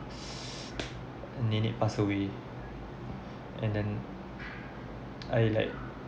nenek passed away and then I like